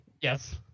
yes